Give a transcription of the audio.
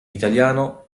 italiano